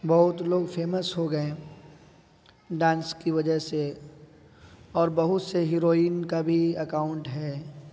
بہت لوگ فیمس ہو گئے ڈانس کی وجہ سے اور بہت سے ہیروئن کا بھی اکاؤنٹ ہے